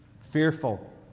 fearful